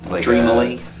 Dreamily